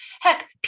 Heck